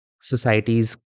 societies